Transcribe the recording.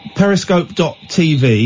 periscope.tv